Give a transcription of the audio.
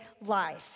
life